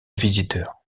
visiteurs